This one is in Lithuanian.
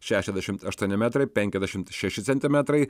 šešiasdešim aštuoni metrai penkiasdešim šeši centimetrai